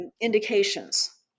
indications